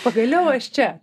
pagaliau aš čia